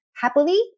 happily